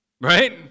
Right